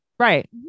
Right